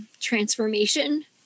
transformation